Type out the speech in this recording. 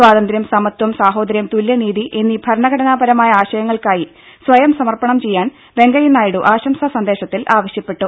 സ്വാതന്ത്ര്യം സമത്വം സാഹോദര്യം തുല്യനീതി എന്നീ ഭരണഘടനാപരമായ ആശയങ്ങൾക്കായി സ്വയം സമർപ്പണം ചെയ്യാൻ വെങ്കയ്യനായിഡു ആശംസാസന്ദേശത്തിൽ ആവശ്യപ്പെട്ടു